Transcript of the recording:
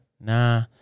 Nah